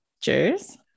Cheers